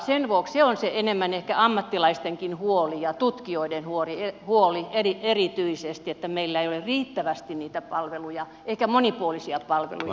sen vuoksi se on enemmän ehkä ammattilaistenkin huoli ja tutkijoiden huoli erityisesti että meillä ei ole riittävästi niitä palveluja eikä monipuolisia palveluja asiakkaan tarpeen mukaan